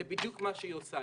זה בדיוק מה שהיא עושה.